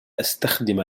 أستخدم